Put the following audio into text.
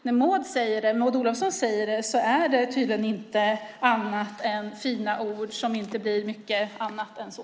När Maud Olofsson säger det är det tydligen inte annat än fina ord som inte blir mycket mer än så.